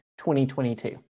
2022